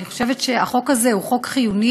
אני חושבת שהחוק הזה הוא חוק חיוני,